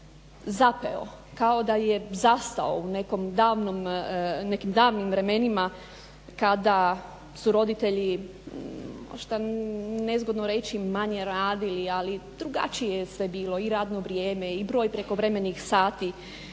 kao da je zastao u nekim davnim vremenima kada su roditelji možda nezgodno reći manje radili. Ali drugačije je sve bilo i radno vrijeme i broj prekovremenih sati